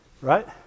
right